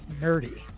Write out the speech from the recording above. nerdy